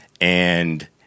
And-